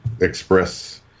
express